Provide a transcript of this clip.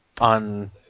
on